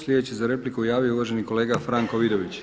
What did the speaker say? Sljedeći se za repliku javio uvaženi kolega Franko Vidović.